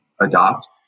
adopt